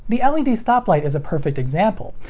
the led stoplight is a perfect example.